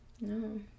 no